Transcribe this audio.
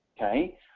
okay